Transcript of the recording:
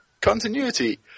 continuity